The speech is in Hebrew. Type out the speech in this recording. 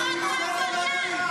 יש הבדל בדמוקרטיה בין חייל לבין אזרח.